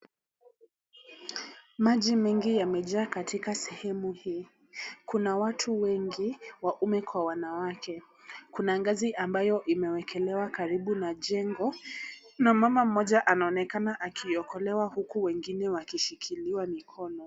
Maji mengi yamejaa katika sehemu hii. Kuna watu wengi waume kwa wanawake. Kuna gazi ambayo imeekelewa karibu na jengo na mama mmoja anaoenekana akiokolewa huku wengine wakishikiliwa mikono.